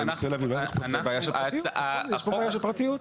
יש בעיה של פרטיות.